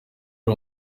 ari